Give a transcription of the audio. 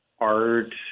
art